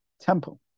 temple